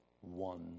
one